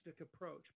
approach